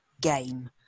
game